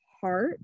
heart